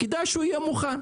כדאי שהוא יהיה מוכן,